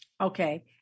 Okay